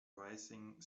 rising